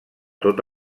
tot